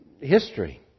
history